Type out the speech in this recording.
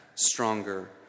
stronger